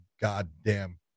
goddamn